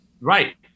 Right